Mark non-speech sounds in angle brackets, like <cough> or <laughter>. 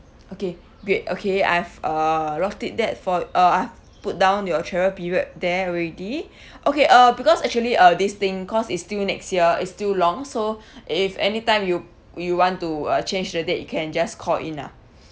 okay great okay I've uh wrote it that for uh I've put down your travel period there already <breath> okay uh because actually uh this thing cause it's still next year it's still long so <breath> if anytime you you want to uh change the date you can just call in lah <breath>